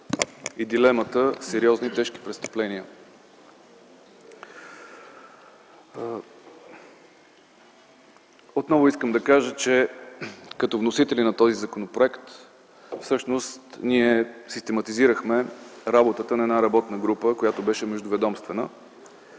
и дилемата „сериозни и тежки престъпления”. Отново искам да кажа, че като вносители на този законопроект ние систематизирахме работата на една работна група, която беше междуведомствена.